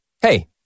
Hey